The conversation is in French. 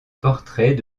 portrait